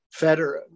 Federer